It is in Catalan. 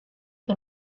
que